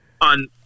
on